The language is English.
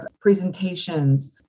presentations